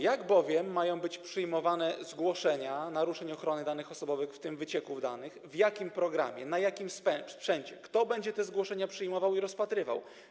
Jak bowiem mają być przyjmowane zgłoszenia naruszeń ochrony danych osobowych, w tym wycieków danych, w jakim programie, na jakim sprzęcie, kto będzie te zgłoszenia przyjmował i rozpatrywał?